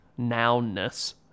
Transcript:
nounness